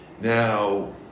Now